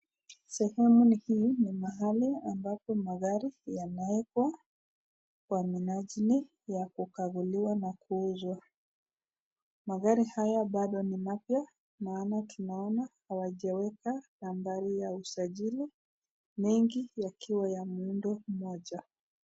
Sehemu ni hii ni mahali ambapo magari yanawekwa kwa minajili ya kukaguliwa na kuuzwa. Magari haya bado ni mapya naona tunaona hawajaweka nambari ya usajili, mengi yakiwa ya muundo mmoja.